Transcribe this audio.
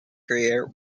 career